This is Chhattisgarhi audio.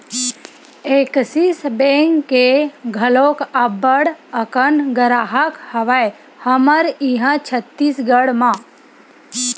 ऐक्सिस बेंक के घलोक अब्बड़ अकन गराहक हवय हमर इहाँ छत्तीसगढ़ म